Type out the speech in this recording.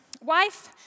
wife